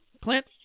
Clint